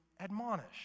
admonish